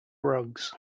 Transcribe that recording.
rugs